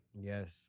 Yes